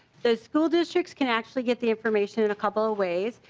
the school districts can actually get the information a couple of ways.